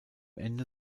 ende